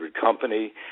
company